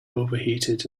overheated